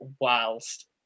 whilst